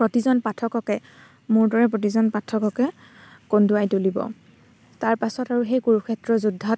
প্ৰতিজন পাঠককে মোৰ দৰে প্ৰতিজন পাঠককে কন্দুৱাই তুলিব তাৰ পাছত আৰু সেই কুৰুক্ষেত্ৰ যুদ্ধত